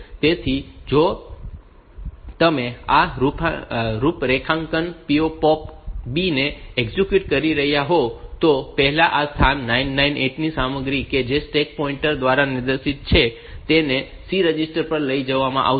તેથી જો તમે આ રૂપરેખાંકનમાં POP B ને એક્ઝિક્યુટ કરી રહ્યાં હોવ તો પહેલા આ સ્થાન 998 ની સામગ્રી કે જે સ્ટેક પોઇન્ટર દ્વારા નિર્દેશિત છે તેને C રજિસ્ટર પર લઈ જવામાં આવશે